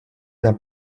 d’un